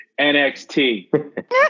NXT